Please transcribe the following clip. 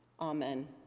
Amen